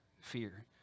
fear